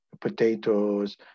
potatoes